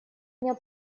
меня